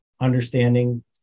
understanding